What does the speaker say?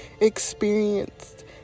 experienced